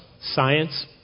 science